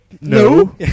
No